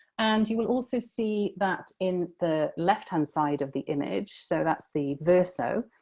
and you will also see that in the lefthand side of the image so, that's the verso